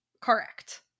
Correct